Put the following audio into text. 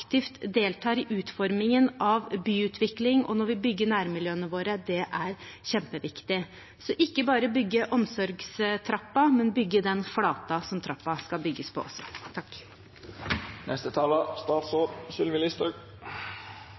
deltar i utformingen av byutvikling når vi bygger nærmiljøene våre, er kjempeviktig. Så vi må ikke bare bygge omsorgstrappen, vi må også bygge flaten som trappen skal bygges på.